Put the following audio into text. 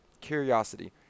curiosity